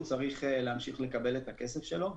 הוא צריך להמשיך לקבל את הכסף שלו,